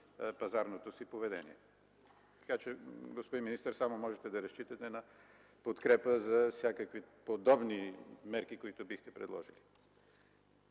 антипазарното си поведение. Така че, господин министър, само можете да разчитате на подкрепа за всякакви подобни мерки, които бихте предложил.